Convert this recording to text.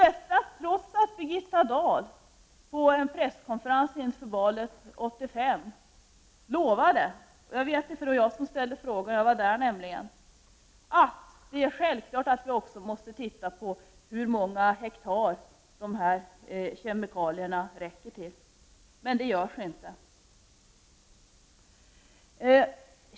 Detta trots att Birgitta Dahl på en presskonferens inför valet 1985 lovade — jag vet för det var jag som ställde frågan — att det är självklart att vi också måste titta på hur många hektar kemikalierna räcker till. Men det görs inte.